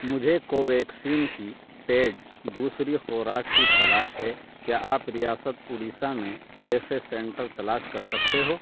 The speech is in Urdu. مجھے کوویکسین کی پیڈ دوسری خوراک کی تلاش ہے کیا آپ ریاست اڑیسہ میں ایسے سنٹر تلاش کر سکتے ہو